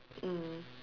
mm